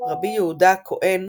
רבי יהודה הכהן